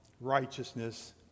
righteousness